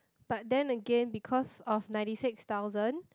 but then again because of ninety six thousand